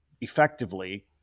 effectively